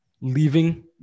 leaving